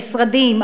משרדים,